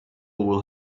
will